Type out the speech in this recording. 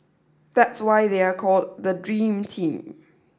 that's why they are called the dream team